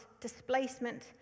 Displacement